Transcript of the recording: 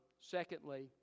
Secondly